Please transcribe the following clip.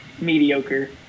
mediocre